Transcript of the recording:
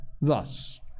thus